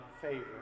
favor